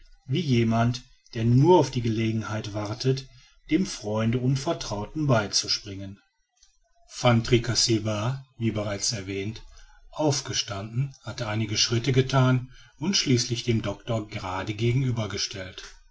wie jemand der nur auf die gelegenheit wartet dem freunde und vertrauten beizuspringen van tricasse war wie bereits erwähnt aufgestanden hatte einige schritte gethan und sich schließlich dem doctor gerade